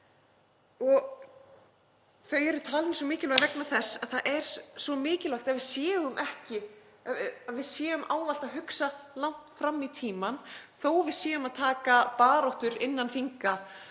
Þau eru talin svo mikilvæg vegna þess að það er svo mikilvægt að við séum ávallt að hugsa langt fram í tímann þó að við séum að taka baráttur innan þinga